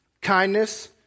kindness